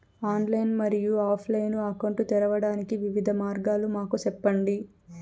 Online మరియు offline account తెరవడానికి వివిధ మార్గాలు మాకు సెప్పండి?